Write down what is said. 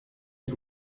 est